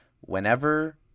Whenever